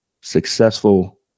successful